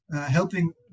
Helping